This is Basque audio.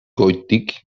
goitik